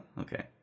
Okay